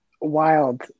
wild